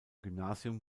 gymnasium